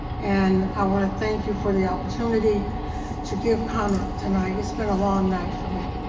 and i want to thank you for the opportunity to give comment tonight. it's been a long night for me.